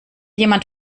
jemand